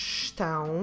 estão